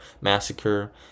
massacre